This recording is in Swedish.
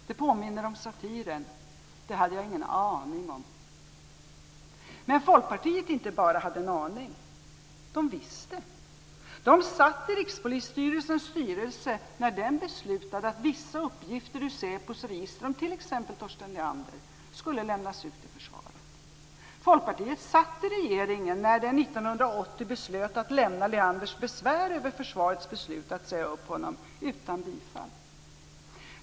Det påminner om satiren där man säger: Det hade jag ingen aning om. Men Folkpartiet hade inte bara en aning, de visste. De satt i Rikspolisstyrelsens styrelse när den beslutade att vissa uppgifter ur SÄPO:s register om t.ex. Torsten Leander skulle lämnas ut till försvaret. Folkpartiet satt i regeringen när den 1980 beslöt att lämna Leanders besvär över försvarets beslut att säga upp honom utan bifall.